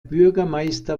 bürgermeister